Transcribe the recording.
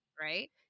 right